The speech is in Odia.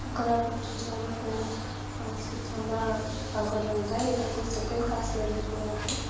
କୋରାପୁଟ ଜିଲ୍ଲାର ବହୁତ କୌଣସି ଥଣ୍ଡାପାଗ ରହିଥାଏ ଏଟାକୁ ସେକେଣ୍ଡ କାଶ୍ମୀର ବି କୁହାଯାଏ